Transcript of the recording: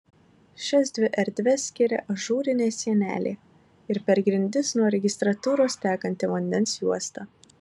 šias dvi erdves skiria ažūrinė sienelė ir per grindis nuo registratūros tekanti vandens juosta